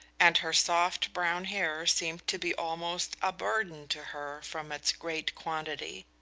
and her soft brown hair seemed to be almost a burden to her from its great quantity.